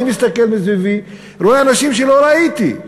אני מסתכל מסביבי, רואה אנשים שלא ראיתי,